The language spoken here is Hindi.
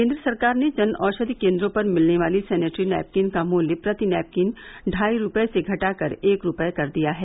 केंद्र सरकार ने जनऔषधि केंद्रों पर मिलने वाली सेनेटरी नैपकिन का मूल्य प्रति नैपकिन ढाई रुपये से घटाकर एक रुपये कर दिया है